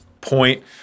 point